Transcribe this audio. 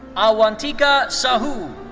ah awantika sahu.